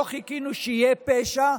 לא חיכינו שיהיה פשע,